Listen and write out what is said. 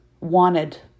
wanted